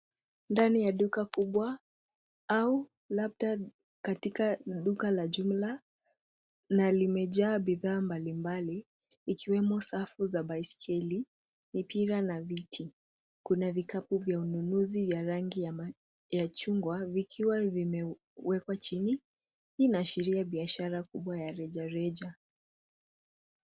Ndani ya duka kubwa au labda katika duka la jumla na limejaa bidhaa mbalimbali ikiwemo safu za baiskeli, mipira na viti. Kuna vikapu vya ununuzi vya rangi ya chungwa vikiwa vimewekwa chini. Hii inaasshiria biashara kubwa ya rejareja.